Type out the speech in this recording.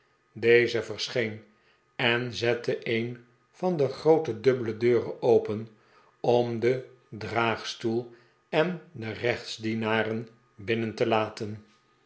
deze verscheen en zette een van de groote dubbele deuren open om den draagstoel en de gerechtsdienaren binnen te latent